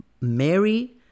Mary